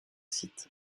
sites